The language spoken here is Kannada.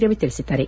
ರವಿ ತಿಳಿಸಿದ್ದಾರೆ